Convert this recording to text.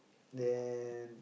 then